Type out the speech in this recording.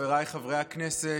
חבריי חברי הכנסת,